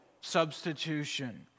substitution